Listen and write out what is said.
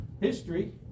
history